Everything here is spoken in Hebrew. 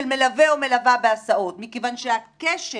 של מלווה או מלווה בהסעות מכיוון שהקשר